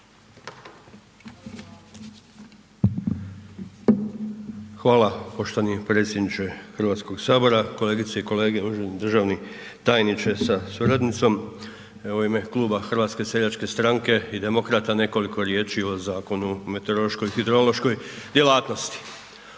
Hvala poštovani predsjedniče Hrvatskoga sabora, kolegice i kolege uvaženi državni tajniče sa suradnicom. Evo u ime Kluba HSS-a i Demokrata nekoliko riječi o Zakonu o meteorološkoj i hidrološkoj djelatnosti.